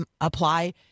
apply